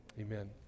Amen